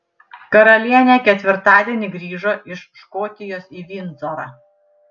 karalienė ketvirtadienį grįžo iš škotijos į vindzorą